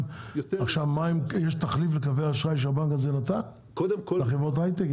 יותר --- יש תחליף לקווי האשראי שהבנק הזה נתן לחברות ההייטק?